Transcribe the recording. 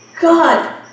God